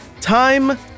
time